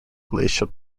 glacial